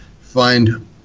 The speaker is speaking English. find